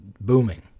booming